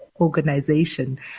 organization